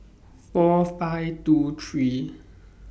four five two three